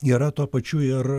yra tuo pačiu ir